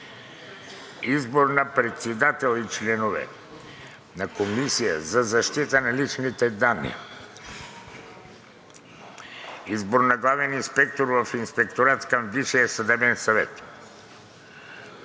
Избор на председател и членове, четирима, на Комисията за защита на личните данни. Избор на главен инспектор в Инспектората към Висшия съдебен съвет.